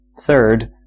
Third